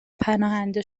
پناهنده